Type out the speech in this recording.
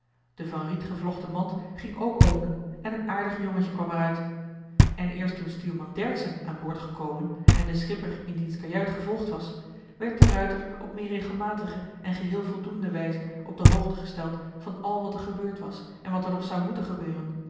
de van riet gevlochten mand ging ook open en een aardig jongetje kwam er uit en eerst toen stuurman dercksen aan boord gekomen en den schipper in diens kajuit gevolgd was werd de ruijter op meer regelmatige en geheel voldoende wijze op de hoogte gesteld van al wat er gebeurd was en wat er nog zou moeten gebeuren